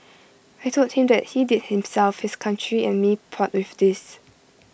I Told him that he did himself his country and me proud with this